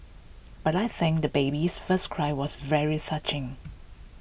but I think the baby's first cry was very